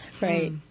right